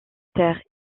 terre